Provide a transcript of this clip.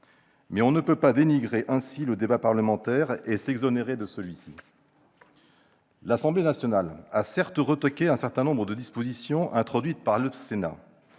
Mais on ne peut pas dénigrer ainsi le débat parlementaire et s'en exonérer. Certes, l'Assemblée nationale a retoqué un certain nombre de dispositions introduites par le Sénat.